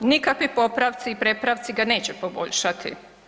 Nikakvi popravci i prepravci ga neće poboljšati.